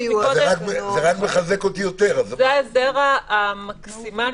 זה ההסדר המקסימלי.